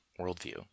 worldview